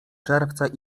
czerwca